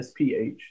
SPH